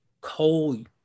coal